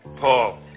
Paul